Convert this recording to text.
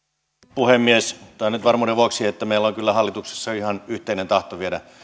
puhemies sanotaan nyt varmuuden vuoksi että meillä on kyllä hallituksessa ihan yhteinen tahto viedä